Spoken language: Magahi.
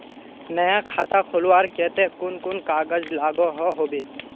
नया खाता खोलवार केते कुन कुन कागज लागोहो होबे?